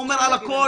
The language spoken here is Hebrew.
לעשות